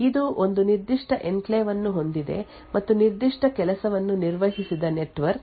ಇದು ಒಂದು ನಿರ್ದಿಷ್ಟ ಎನ್ಕ್ಲೇವ್ ಅನ್ನು ಹೊಂದಿದೆ ಮತ್ತು ನಿರ್ದಿಷ್ಟ ಕೆಲಸವನ್ನು ನಿರ್ವಹಿಸಿದ ನೆಟ್ವರ್ಕ್